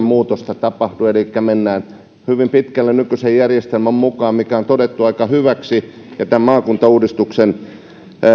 muutosta tapahdu elikkä mennään hyvin pitkälle nykyisen järjestelmän mukaan mikä on todettu aika hyväksi ja tämän maakuntauudistuksen